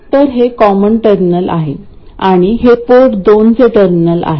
तर हे common terminal आहे आणि हे पोर्ट दोनचे टर्मिनल आहे